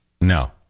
No